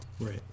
Right